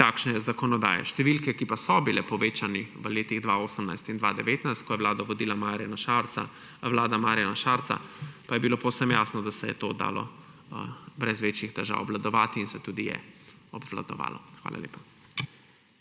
takšne zakonodaje. Številke, ki pa so bile povečane v letih 2018 in 2019, ko je vlado vodil Marjan Šarec, pa je bilo povsem jasno, da se je to dalo brez večjih težav obvladovati in se tudi je obvladovalo. Hvala lepa.